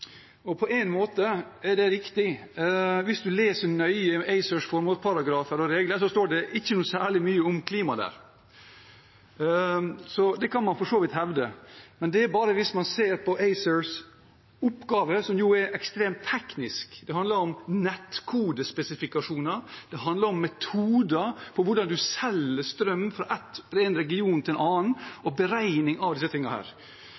klimatiltak. På en måte er det riktig. Hvis man leser nøye i ACERs formålsparagrafer og regler, står det ikke særlig mye om klima der. Så det kan man for så vidt hevde, men det er bare hvis man ser på ACERs oppgave, som jo er ekstremt teknisk. Det handler om nettkodespesifikasjoner, det handler om metoder for hvordan man selger strøm fra en region til en annen, og beregning av disse